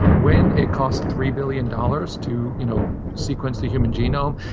when it costs three billion dollars to you know sequence the human genome,